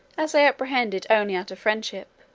as i apprehended only out of friendship,